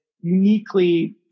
uniquely